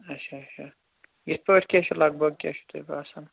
اچھا اچھا یِتھٕ پٲٹھۍ کیٛاہ چھُو لَگ بَک کیٛاہ چھُو تۅہہِ باسان